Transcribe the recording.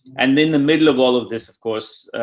and then the middle of all of this of course,